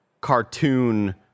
cartoon